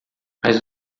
mas